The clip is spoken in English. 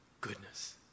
goodness